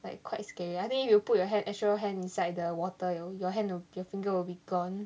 like quite scary I think if you will put your hand actual hand inside the water you~ your hand will your finger will be gone